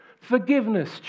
Forgiveness